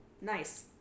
Nice